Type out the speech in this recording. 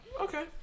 Okay